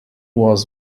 was